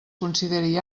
consideri